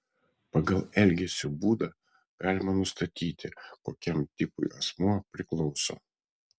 pagal elgesio būdą galima nustatyti kokiam tipui asmuo priklauso